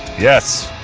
yes